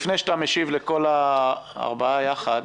לפני שאתה משיב לכל הארבעה יחד,